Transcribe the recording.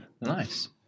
nice